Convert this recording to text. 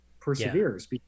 perseveres